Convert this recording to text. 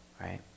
right